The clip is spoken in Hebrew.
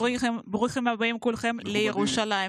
ברוכים הבאים כולכם לירושלים).